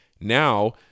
Now